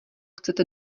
chcete